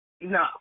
no